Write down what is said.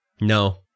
no